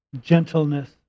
gentleness